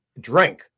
drink